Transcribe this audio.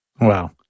Wow